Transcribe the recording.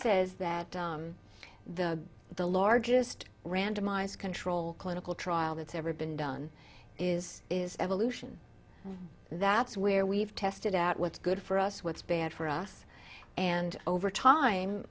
says that the the largest randomised control clinical trial that's ever been done is is evolution that's where we've tested out what's good for us what's bad for us and over time